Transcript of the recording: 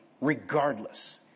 regardless